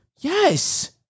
yes